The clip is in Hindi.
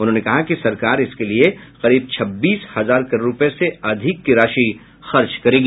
उन्होंने कहा कि सरकार इसके लिए करीब छब्बीस हजार करोड़ रुपये से अधिक की राशि खर्च करेगी